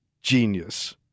Genius